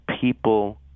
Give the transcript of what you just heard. people